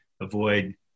avoid